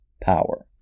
power